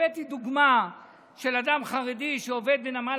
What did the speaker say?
הבאתי דוגמה של אדם חרדי שעובד בנמל